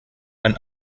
and